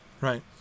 right